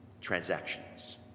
transactions